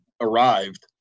arrived